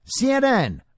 CNN